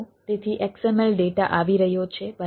તેથી XML data આવી રહ્યો છે બરાબર